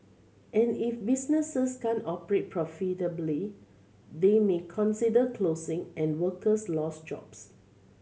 and if businesses can't operate profitably they may consider closing and workers lose jobs